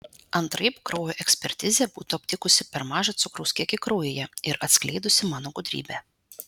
antraip kraujo ekspertizė būtų aptikusi per mažą cukraus kiekį kraujyje ir atskleidusi mano gudrybę